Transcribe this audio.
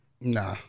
Nah